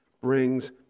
brings